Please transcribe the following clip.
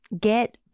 get